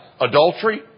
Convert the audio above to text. Adultery